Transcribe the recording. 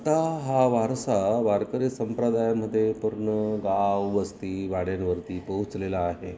आता हा वारसा वारकरी संप्रदायामध्ये पूर्न गाव वस्ती वाड्यांवरती पोहोचलेला आहे